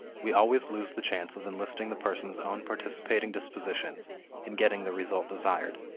we always lose the chance of enlisting the person's own participating disposition in getting the result desired,